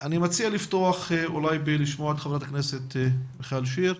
אני מציע לפתוח עם חברת הכנסת מיכל שיר,